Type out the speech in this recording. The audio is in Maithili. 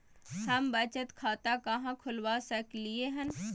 हम बचत खाता कहाॅं खोलवा सकलिये हन?